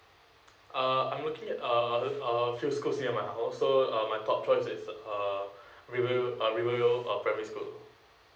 uh I'm looking at uh a few schools near my house so uh my top choice is uh rivervale uh rivervale uh primary school